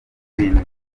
ibintu